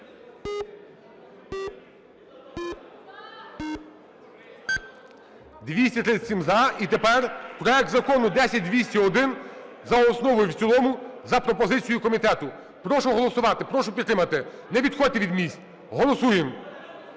За-237 І тепер проект Закону 10201 за основу і в цілому за пропозицією комітету. Прошу голосувати, прошу підтримати. Не відходьте від місць. Голосуємо!